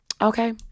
okay